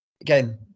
again